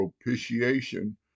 propitiation